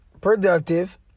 productive